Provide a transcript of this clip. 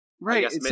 Right